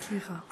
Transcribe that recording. סליחה.